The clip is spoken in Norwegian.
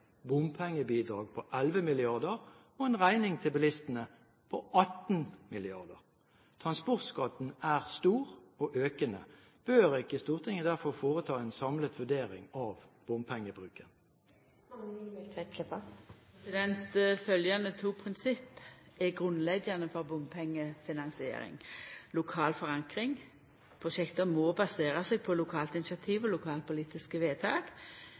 bompengebidrag på 11 mrd. kr og en regning til bilistene på 18 mrd. kr. Transportskatten er stor og økende. Bør ikke Stortinget derfor foreta en samlet vurdering av bompengebruken? Følgjande to prinsipp er grunnleggjande for bompengefinansiering: Lokal forankring – prosjekt må basera seg på lokalt initiativ og på lokalpolitiske vedtak